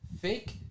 fake